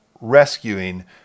rescuing